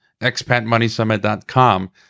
expatmoneysummit.com